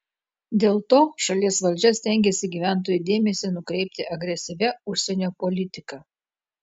dėl to šalies valdžia stengiasi gyventojų dėmesį nukreipti agresyvia užsienio politika